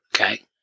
Okay